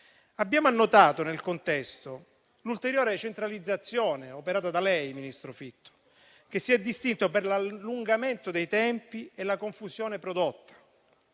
Abbiamo annotato, nel contesto, l'ulteriore centralizzazione operata da lei, ministro Fitto, che si è distinto per l'allungamento dei tempi e la confusione prodotta.